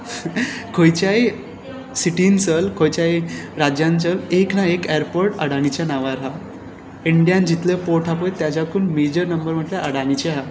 खंयच्याय सिटींत चल खंयच्याय राज्यांत चल एक ना एक एयरपोर्ट अडानीच्या नांवार हा इंडियान जितले पोर्ट आसा पळय तेच्याकून मॅजर नंबर म्हणल्यार अडानीचे आसा